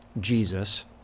Jesus